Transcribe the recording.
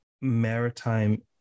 Maritime